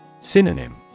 Synonym